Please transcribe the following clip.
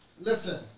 listen